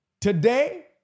Today